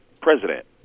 president